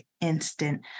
instant